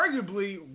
Arguably